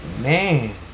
man